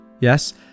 Yes